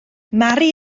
mari